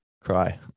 cry